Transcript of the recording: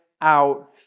out